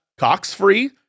coxfree